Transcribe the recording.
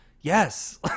yes